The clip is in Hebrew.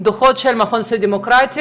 דוחות של המכון הישראלי לדמוקרטיה,